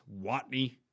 Watney